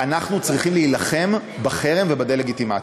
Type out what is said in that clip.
אנחנו צריכים להילחם בחרם ובדה-לגיטימציה,